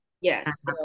Yes